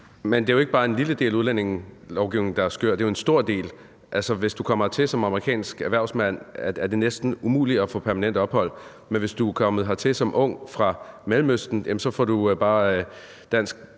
Men det er jo ikke bare en lille del af udlændingelovgivningen, der er skør. Det er jo en stor del. Altså, hvis du kommer hertil som amerikansk erhvervsmand, er det næsten umuligt at få permanent opholdstilladelse, men hvis du er kommet hertil som ung fra Mellemøsten, får du bare